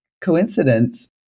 coincidence